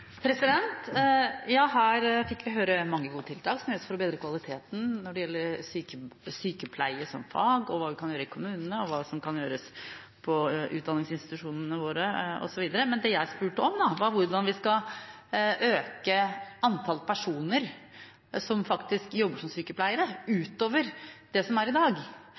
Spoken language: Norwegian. Her fikk vi høre om mange gode tiltak som gjøres for å bedre kvaliteten når det gjelder sykepleie som fag, hva vi kan gjøre i kommunene, og hva som kan gjøres på utdanningsinstitusjonene våre, osv. Men det jeg spurte om, var hvordan vi skal øke antall personer som faktisk jobber som sykepleiere, utover dem vi har i dag.